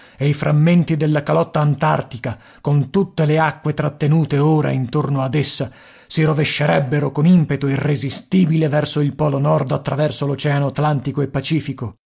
e i frammenti della calotta antartica con tutte le acque trattenute ora intorno ad essa si rovescerebbero con impeto irresistibile verso il polo nord attraverso l'oceano atlantico e pacifico